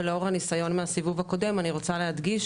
ולאור הניסיון מהסיבוב הקודם אני רוצה להדגיש